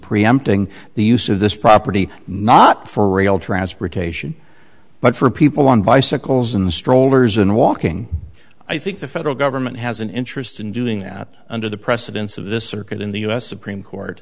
preempting the use of this property not for rail transportation but for people on bicycles and strollers and walking i think the federal government has an interest in doing that under the precedence of this circuit in the us supreme court